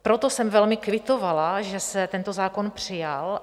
Proto jsem velmi kvitovala, že se tento zákon přijal.